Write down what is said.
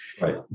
Right